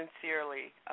sincerely